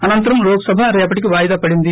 అసంతరం లోక్సభ రేపటికి వాయిదా పడింది